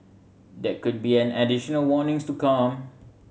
there could be an additional warnings to come